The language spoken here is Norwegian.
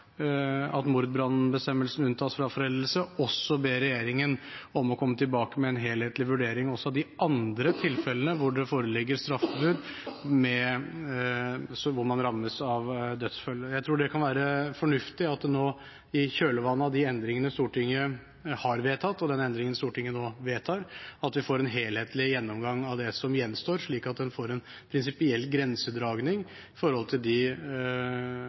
at mordbrannbestemmelsen unntas fra foreldelse, også ber regjeringen om å komme tilbake med en helhetlig vurdering også av de andre tilfellene hvor det foreligger straffebud hvor man rammes av dødsfølge. Jeg tror det kan være fornuftig nå i kjølvannet av de endringene Stortinget har vedtatt og den endringen Stortinget nå vedtar, at vi får en helhetlig gjennomgang av det som gjenstår, slik at en får en prinsipiell grensedragning med tanke på de